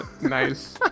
Nice